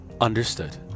understood